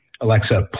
Alexa